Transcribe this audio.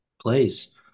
place